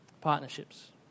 Partnerships